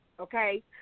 Okay